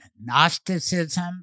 Gnosticism